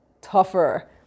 tougher